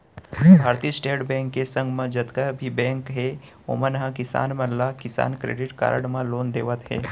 भारतीय state bank के संग अउ जतका भी बेंक हे ओमन ह किसान मन ला किसान क्रेडिट कारड म लोन देवत हें